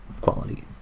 quality